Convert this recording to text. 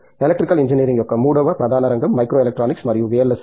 electrical engineering యొక్క మూడవ ప్రధాన రంగం మైక్రో ఎలక్ట్రానిక్స్ మరియు VLSI